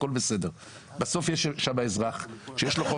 הכול בסדר אבל בסוף יש שם אזרח שיש לו חוב